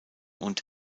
und